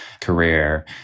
career